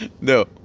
no